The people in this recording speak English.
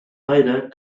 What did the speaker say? vader